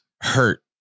hurt